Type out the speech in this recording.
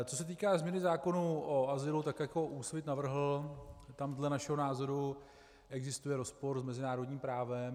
Co se týká změny zákona o azylu, tak jak ho Úsvit navrhl, tam dle našeho názoru existuje rozpor s mezinárodním právem.